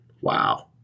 Wow